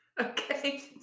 Okay